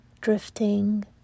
drifting